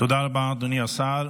תודה רבה, אדוני השר.